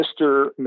mr